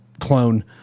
clone